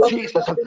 Jesus